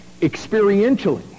experientially